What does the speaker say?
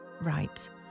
Right